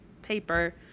paper